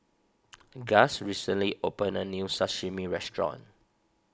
Gust recently opened a new Sashimi restaurant